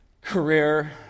career